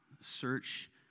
search